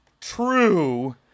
true